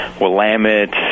Willamette